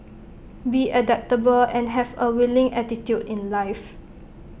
be adaptable and have A willing attitude in life